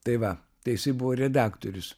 tai va tai jisai buvo redaktorius